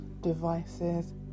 devices